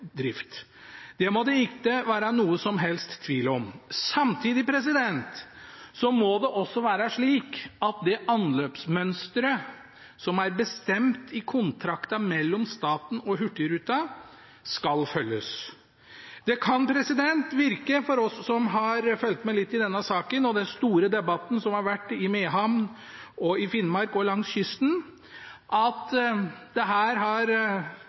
drift. Det må det ikke være noen som helst tvil om. Samtidig må det være slik at det anløpsmønsteret som er bestemt i kontrakten mellom staten og Hurtigruten, skal følges. For oss som har fulgt med litt i denne saken, og i den store debatten som har vært i Mehamn og i Finnmark og langs kysten, kan det virke som om det her – fra Hurtigrutens side – har